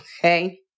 okay